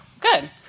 Good